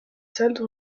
soldes